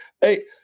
Hey